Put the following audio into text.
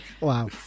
Wow